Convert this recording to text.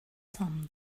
some